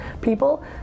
people